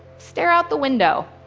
stare out the window